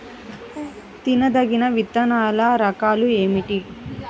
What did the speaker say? తినదగిన విత్తనాల రకాలు ఏమిటి?